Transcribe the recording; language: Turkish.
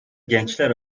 gençler